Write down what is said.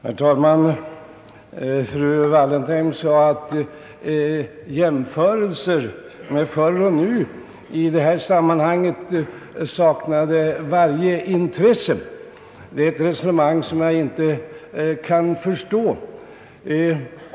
Herr talman! Fru Wallentheim sade, att jämförelser mellan förr och nu saknade varje intresse i detta sammanhang. Det är ett resonemang som jag inte kan förstå.